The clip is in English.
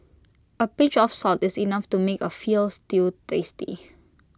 A pinch of salt is enough to make A Veal Stew tasty